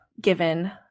given